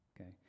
okay